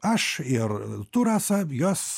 aš ir tu rasa jos